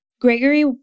Gregory